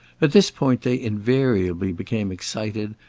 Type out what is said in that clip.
at this point they invariably became excited,